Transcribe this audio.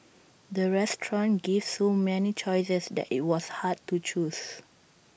the restaurant gave so many choices that IT was hard to choose